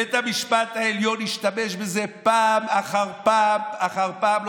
בית המשפט העליון השתמש בזה פעם אחר פעם אחר פעם,